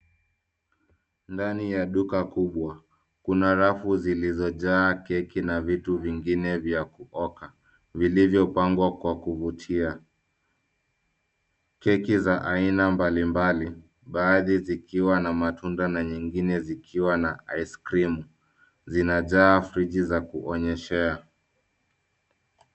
Ndani ya duka kubwa kuna rafu zilizojaa keki na vitu vingine vya kuoka vilivyopangwa kwa kuvutia. Keki za aina mbalimbali baadhi zikiwa na matunda na nyingine zikiwa na aiskrimu zinajaa friji za kuonyeshea.